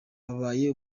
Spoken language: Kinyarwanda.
ubaye